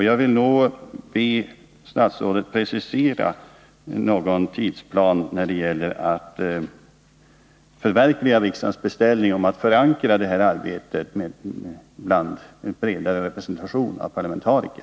Jag vill därför be statsrådet att precisera en tidsplan när det gäller att förverkliga riksdagens beställning om att förankra detta arbete i en bredare representation av parlamentariker.